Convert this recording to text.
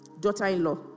daughter-in-law